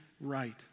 right